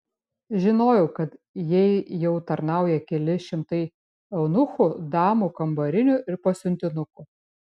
žinojau kad jai jau tarnauja keli šimtai eunuchų damų kambarinių ir pasiuntinukų